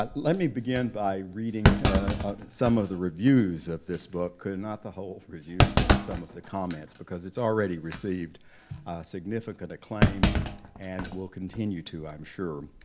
ah let me begin by reading some of the reviews of this book, could not the whole reviews, just some of the comments, because it's already received significant acclaim and will continue to, i'm sure.